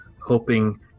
hoping